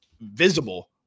visible